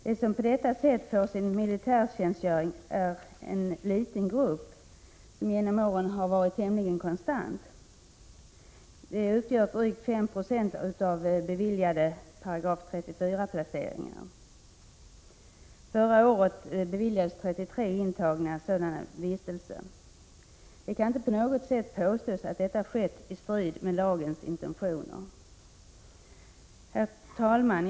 De som på detta sätt får sin militärtjänstgöring är en liten grupp, som genom åren varit tämligen konstant. De utgör drygt 5 90 av beviljade 34 §-placeringar. Förra året beviljades 33 intagna sådan vistelse. Det kan inte på något sätt påstås att detta skett i strid med lagens intentioner. Herr talman!